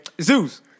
Zeus